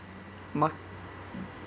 mar~